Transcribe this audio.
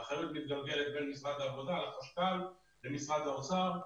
האחריות מתגלגלת בין משרד העבודה לחשכ"ל לבין משרד האוצר,